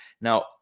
Now